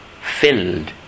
filled